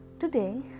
Today